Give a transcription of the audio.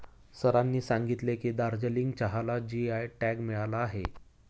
सरांनी सांगितले की, दार्जिलिंग चहाला जी.आय टॅग मिळाला आहे